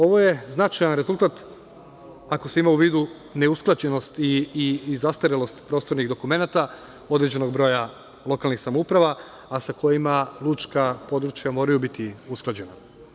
Ovo je značaj rezultat ako se ima u vidu neusklađenost i zastarelost prostornih dokumenata određenog broja lokalnih samouprava, a sa kojima lučka područja moraju biti usklađena.